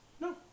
No